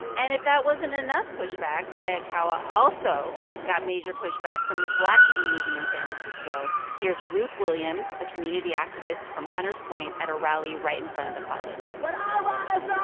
and if that wasn't enough pushback, hayakawa also got major pushback from the black community in san francisco. here's ruth williams, a community activist from hunters point, at a rally right in front of the college when um ah so